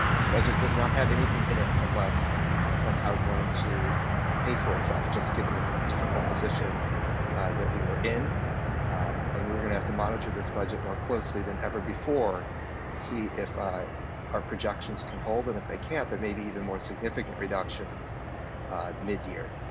this budget does not have anything in it unless it's somehow going to pay for itself just given the difficult position that we were in and we're gonna have to monitor this budget more closely than ever before to see if our projections can hold and if they can't, there may be even more significant reductions mid year.